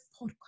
podcast